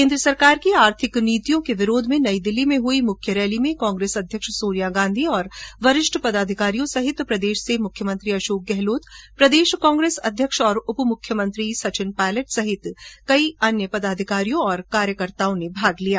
केन्द्र सरकार की आर्थिक नीतियों के विरोध में नई दिल्ली में हुई मुख्य रैली में कांग्रेस अध्यक्ष सोनिया गांधी और वरिष्ठ पदाधिकारियों सहित प्रदेश से मुख्यमंत्री अशोक गहलोत प्रदेश कांग्रेस अध्यक्ष और उपमुख्यमंत्री सचिन पायलट सहित कई पदाधिकारियों और कार्यकर्ताओं ने भाग लिया